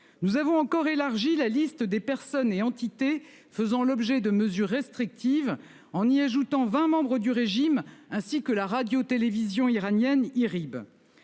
Nous avons encore élargi la liste des personnes et entités faisant l'objet de mesures restrictives en y ajoutant 20 membres du régime ainsi que la radio-télévision iranienne IRIB.